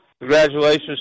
Congratulations